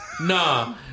Nah